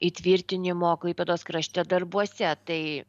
įtvirtinimo klaipėdos krašte darbuose tai